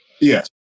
yes